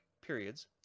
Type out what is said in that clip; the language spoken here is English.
periods